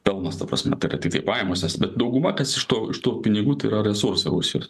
pelnas ta prasme tai yra tiktai pajamos es bet dauguma kas iš to iš tų pinigų tai yra resursai rusijai